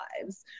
lives